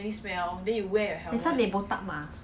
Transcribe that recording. ya short hair oh ya hor